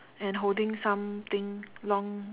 and holding something long